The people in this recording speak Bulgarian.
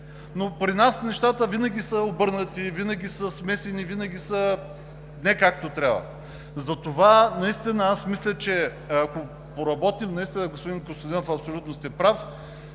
Но при нас нещата винаги са обърнати, винаги са смесени, винаги са не както трябва. Затова мисля, че, ако поработим наистина, господин Костадинов, абсолютно сте прав,